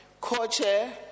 Co-chair